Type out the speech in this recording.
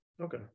Okay